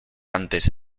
antes